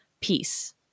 peace